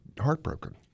heartbroken